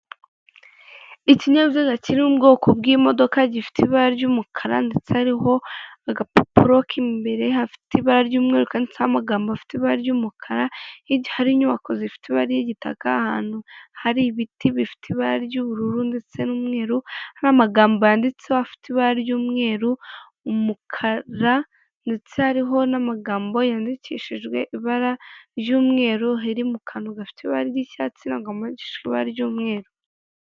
Imodoka y'umukara yo mu bwoko bwa Toyota, iri kugurishwa. Igiciro cyayo ni miliyoni 30 Frw.